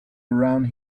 around